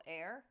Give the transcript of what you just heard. air